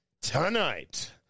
Tonight